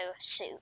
suit